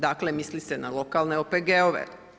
Dakle, misli se na lokalne OPG-ove.